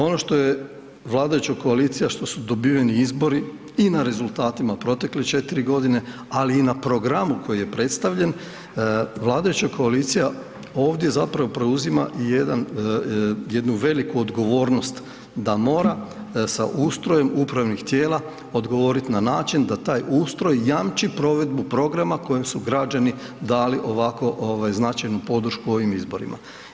Ono što je vladajuća koalicija, što su dobiveni izbori i na rezultatima protekle 4 g., ali i na programu koji je predstavljen, vladajuća koalicija ovdje zapravo preuzima i jednu veliku odgovornost da mora sa ustrojem upravnih tijela odgovoriti na način da taj ustroj jamči provedbu programa kojem su građani dali ovako značajnu podršku ovim izborima.